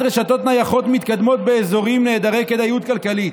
רשתות נייחות מתקדמות באזורים נעדרי כדאיות כלכלית.